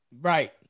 Right